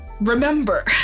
remember